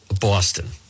Boston